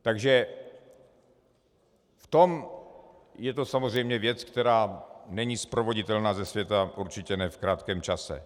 Takže v tom je to samozřejmě věc, která není sprovoditelná ze světa, určitě ne v krátkém čase.